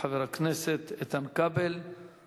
של חבר הכנסת איתן כבל,